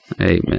Amen